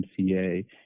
MCA